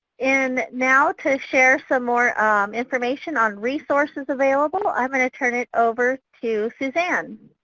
and now to share some more information on resources available, i'm going to turn it over to suzanne.